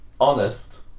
Honest